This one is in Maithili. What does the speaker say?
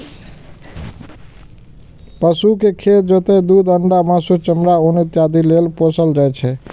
पशु कें खेत जोतय, दूध, अंडा, मासु, चमड़ा, ऊन इत्यादि लेल पोसल जाइ छै